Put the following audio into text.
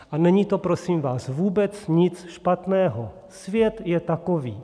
A není to, prosím vás, vůbec nic špatného, svět je takový.